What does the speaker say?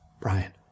Brian